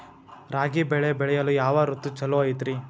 ರಾಗಿ ಬೆಳೆ ಬೆಳೆಯಲು ಯಾವ ಋತು ಛಲೋ ಐತ್ರಿ?